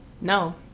No